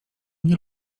nie